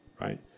right